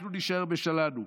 אנחנו נישאר בשלנו.